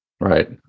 Right